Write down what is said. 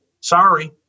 Sorry